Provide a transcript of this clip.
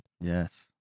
Yes